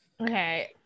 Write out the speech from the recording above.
Okay